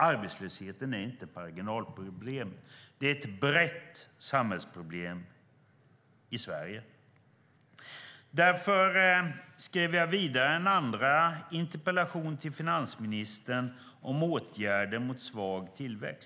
Arbetslösheten är inte ett marginalproblem - det är ett brett samhällsproblem i Sverige. Därför skrev jag en andra interpellation, till finansministern, om åtgärder mot svag tillväxt.